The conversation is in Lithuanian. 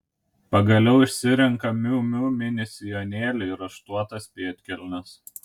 pagaliau išsirenka miu miu mini sijonėlį ir raštuotas pėdkelnes